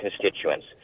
constituents